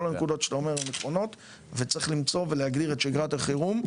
כל הנקודות שאתה אומר הן נכונות וצריך למצוא ולהגדיר את שגרת החירום.